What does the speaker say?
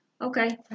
Okay